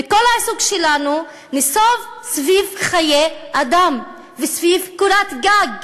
וכל העיסוק שלנו נסב סביב חיי אדם וסביב קורת גג,